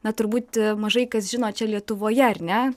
na turbūt mažai kas žino čia lietuvoje ar ne